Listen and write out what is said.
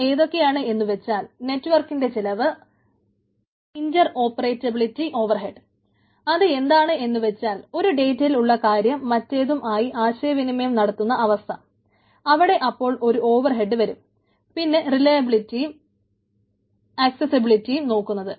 അവ ഏതൊക്കെയാണ് എന്ന് വെച്ചാൽ നെറ്റ്വർക്കിൻറെ ആക്സസിഎബിലിറ്റിയും നോക്കുന്നത്